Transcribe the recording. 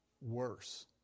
worse